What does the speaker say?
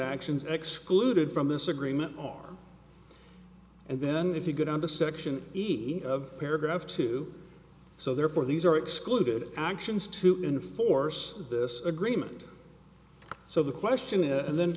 actions excluded from this agreement are and then if you go down to section eat of paragraph two so therefore these are excluded actions to enforce this agreement so the question is then